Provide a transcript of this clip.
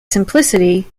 simplicity